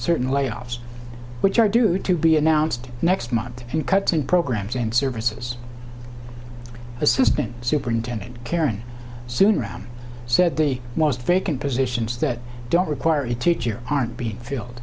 certain layoffs which are due to be announced next month in cuts in programs and services assistant superintendent karen soon around said the most vacant positions that don't require a teacher aren't being fi